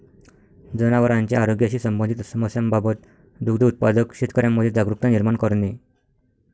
जनावरांच्या आरोग्याशी संबंधित समस्यांबाबत दुग्ध उत्पादक शेतकऱ्यांमध्ये जागरुकता निर्माण करणे